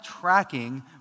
tracking